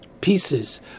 Pieces